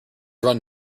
run